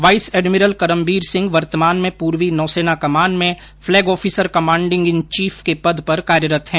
vice admiral Karambir Singh वर्तमान में पूर्वी नौ सेना कमान में flag officer commander in chief के पद पर कार्यरत हैं